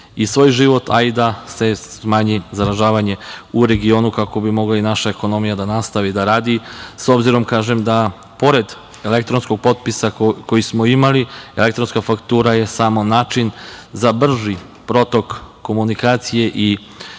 i svoj život, a i da se smanji zaražavanje u regionu, kako bi mogla i naša ekonomija da nastava da radi. Pored elektronskog potpisa, koji smo imali, elektronska faktura je samo način za brži protok komunikacije i